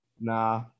Nah